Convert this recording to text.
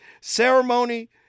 Ceremony